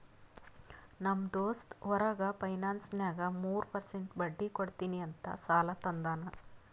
ನಮ್ ದೋಸ್ತ್ ಹೊರಗ ಫೈನಾನ್ಸ್ನಾಗ್ ಮೂರ್ ಪರ್ಸೆಂಟ್ ಬಡ್ಡಿ ಕೊಡ್ತೀನಿ ಅಂತ್ ಸಾಲಾ ತಂದಾನ್